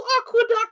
aqueduct